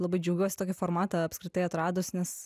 labai džiaugiuos tokį formatą apskritai atradus nes